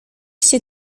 się